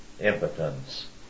impotence